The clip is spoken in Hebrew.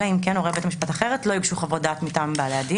אלא אם כן הורה בית המשפט אחרת לא יוגשו חוות דעת מטעם בעלי הדין".